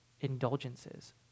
indulgences